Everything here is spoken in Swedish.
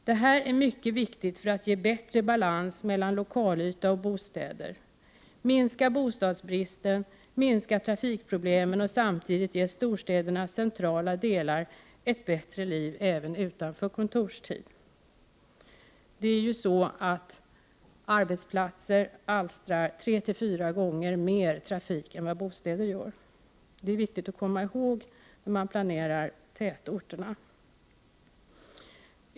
Detta är mycket viktigt för att ge bättre balans mellan lokalyta och bostäder, minska bostadsbristen, minska trafikproblemen och samtidigt ge storstädernas centrala delar ett bättre liv — även utanför kontorstid. Arbetsplatser alstrar ju tre till fyra gånger mer trafik än vad bostäder gör. Det är viktigt att komma ihåg när man planerar tätorterna.